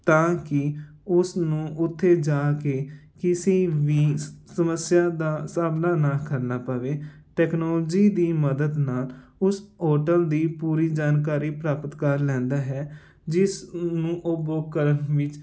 ਤਾਂ ਕਿ ਉਸ ਨੂੰ ਉੱਥੇ ਜਾ ਕੇ ਕਿਸੀ ਵੀ ਸਮੱਸਿਆ ਦਾ ਸਾਮਣਾ ਨਾ ਕਰਨਾ ਪਵੇ ਟੈਕਨੋਲਜੀ ਦੀ ਮਦਦ ਨਾਲ ਉਸ ਹੋਟਲ ਦੀ ਪੂਰੀ ਜਾਣਕਾਰੀ ਪ੍ਰਾਪਤ ਕਰ ਲੈਂਦਾ ਹੈ ਜਿਸ ਨੂੰ ਉਹ ਬੁੱਕ ਕਰਨ ਵਿੱਚ